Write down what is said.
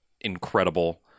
incredible